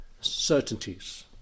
certainties